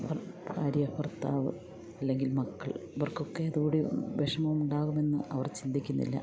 ഭർ ഭാര്യാ ഭർത്താവ് അല്ലെങ്കിൽ മക്കൾ ഇവർക്കൊക്കെ കൂടി വിഷമം ഉണ്ടാകുമെന്ന് അവർ ചിന്തിക്കുന്നില്ല